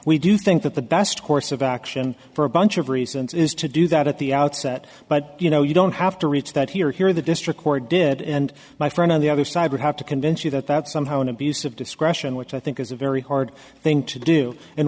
we do think that the best course of action for a bunch of reasons is to do that at the outset but you know you don't have to reach that here here the district court did and my friend on the other side would have to convince you that that's somehow an abuse of discretion which i think is a very hard thing to do in